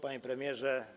Panie Premierze!